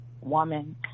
woman